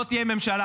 לא תהיה ממשלה.